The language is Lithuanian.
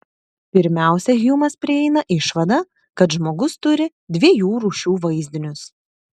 pirmiausia hjumas prieina išvadą kad žmogus turi dviejų rūšių vaizdinius